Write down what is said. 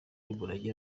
z’umurage